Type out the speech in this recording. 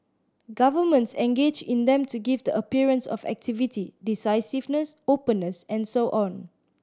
governments engage in them to give the appearance of activity decisiveness openness and so on